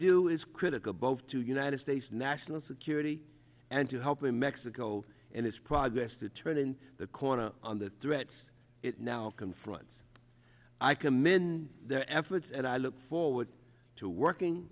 do is critical both to united states national security and to help in mexico and its progress to turn in the corner on the threats it now confronts i commend their efforts and i look forward to working